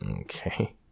Okay